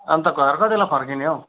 अन्त घर कति बेला फर्किने हौ